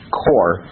core